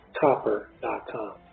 copper.com